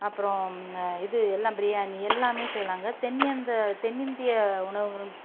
அப்புறம் இது எல்லாம் பிரியாணி எல்லாமே செய்யலாங்க தென்னியந்த தென்னிந்திய உணவுகள்